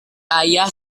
ayah